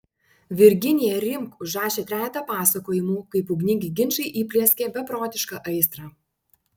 virginija rimk užrašė trejetą pasakojimų kaip ugningi ginčai įplieskė beprotišką aistrą